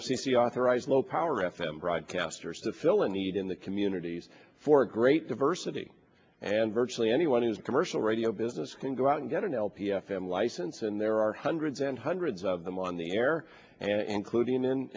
c authorized low power f m broadcasters to fill a need in the communities for a great diversity and virtually anyone is commercial radio business can go out and get an lp f m license and there are hundreds and hundreds of them on the air and including in